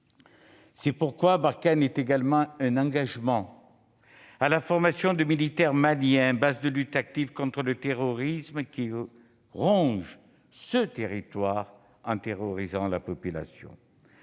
C'est pourquoi Barkhane est également un engagement à la formation de militaires maliens, fondement de la lutte active contre le terrorisme qui ronge ce territoire en terrorisant la population.